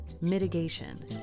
mitigation